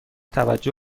توجه